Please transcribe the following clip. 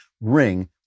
ring